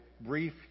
brief